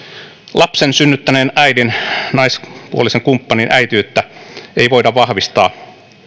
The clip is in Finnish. lapsen synnyttäneen äidin naispuolisen kumppanin äitiyttä ei voida vahvistaa